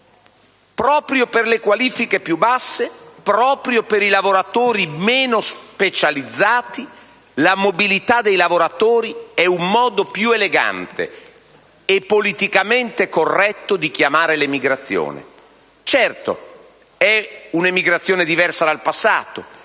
proprio per le qualifiche più basse, proprio per i lavoratori meno specializzati, la mobilità dei lavoratori è un modo più elegante e politicamente corretto di chiamare l'emigrazione. Certo, è una emigrazione diversa dal passato,